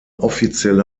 offizielle